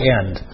end